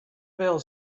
build